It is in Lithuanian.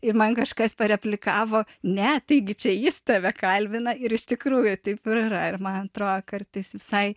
ir man kažkas pareplikavo ne taigi čia jis tave kalbina ir iš tikrųjų taip ir yra ir man atrodo kartais visai